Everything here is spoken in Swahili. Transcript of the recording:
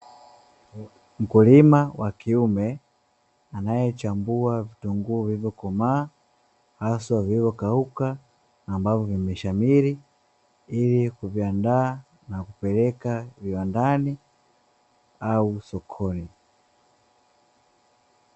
Mkulima wa kiume anayechambua vitunguu vilivyo komaa haswa vilivyo kauka, ambavyo vimeshamiri ili kuviandaa na kupeleka viwandani au sokoni.